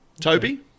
Toby